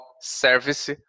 service